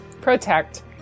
protect